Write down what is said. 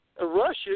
Russia